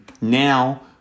Now